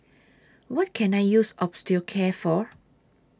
What Can I use Osteocare For